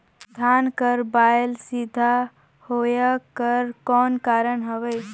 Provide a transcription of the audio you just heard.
धान कर बायल सीधा होयक कर कौन कारण हवे?